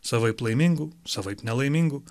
savaip laimingų savaip nelaimingų